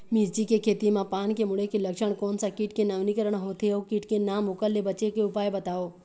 मिर्ची के खेती मा पान के मुड़े के लक्षण कोन सा कीट के नवीनीकरण होथे ओ कीट के नाम ओकर ले बचे के उपाय बताओ?